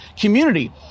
community